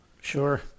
Sure